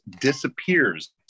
disappears